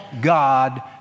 God